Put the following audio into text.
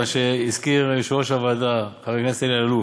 מה שהזכיר יושב-ראש הוועדה חבר הכנסת אלי אלאלוף,